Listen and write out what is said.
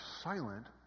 silent